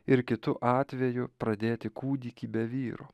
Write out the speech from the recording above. ir kitu atveju pradėti kūdikį be vyro